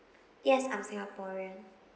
yes I'm singaporean